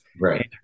right